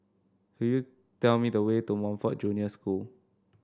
could you tell me the way to Montfort Junior School